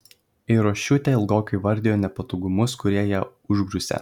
eirošiūtė ilgokai vardijo nepatogumus kurie ją užgriūsią